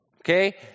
Okay